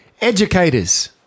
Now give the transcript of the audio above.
Educators